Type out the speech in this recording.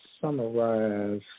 summarize